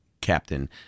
captain